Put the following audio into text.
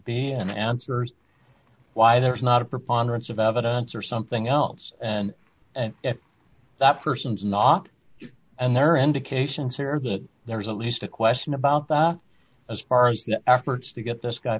be and answers why there's not a preponderance of evidence or something else and that person's not and there are indications here that there is at least a question about that as far as efforts to get this guy